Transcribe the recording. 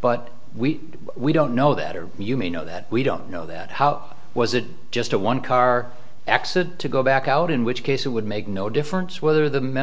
but we we don't know that or you may know that we don't know that how was it just a one car accident to go back out in which case it would make no difference whether the men